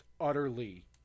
utterly